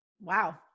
wow